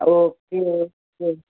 okay okay